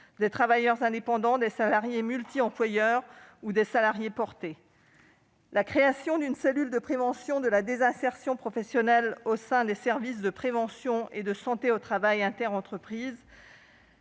des travailleurs indépendants, des salariés multi-employeurs ou des salariés portés. La création d'une cellule de prévention de la désinsertion professionnelle au sein des services de prévention et de santé au travail interentreprises